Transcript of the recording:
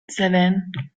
seven